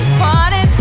party